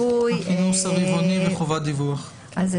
אני מודה לכם גם על השלמת הדיונים מחוץ לדיוני חברי הוועדה